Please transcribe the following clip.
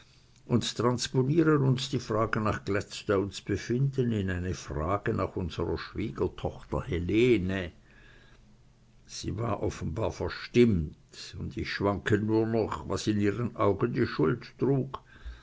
und transponieren uns die frage nach gladstones befinden in eine frage nach unserer schwiegertochter helene sie war offenbar verstimmt und ich schwanke nur noch was in ihren augen die schuld trug